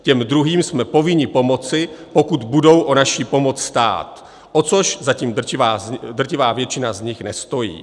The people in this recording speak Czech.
Těm druhým jsme povinni pomoci, pokud budou o naši pomoc stát, o což zatím drtivá většina z nich nestojí.